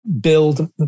build